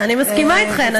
אני מסכימה אתכן.